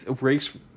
race